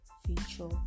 feature